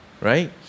Right